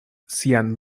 sian